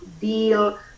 deal